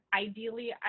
ideally